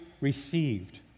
received